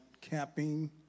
camping